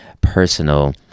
personal